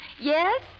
Yes